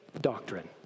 Doctrine